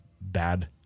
bad